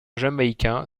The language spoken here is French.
jamaïcain